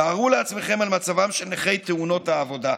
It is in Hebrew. תארו לעצמכם מה מצבם של נכי תאונות העבודה.